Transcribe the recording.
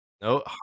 No